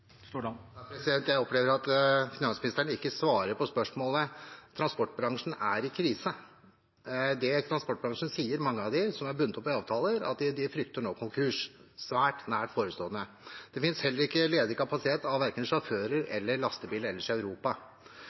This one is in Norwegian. Jeg opplever at finansministeren ikke svarer på spørsmålet. Transportbransjen er i krise. Det mange i transportbransjen sier av dem som er bundet opp i avtaler, er at de nå frykter konkurs – svært nær forestående. Det finnes heller ikke ledig kapasitet av verken sjåfører eller lastebiler ellers i Europa.